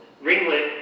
ringlet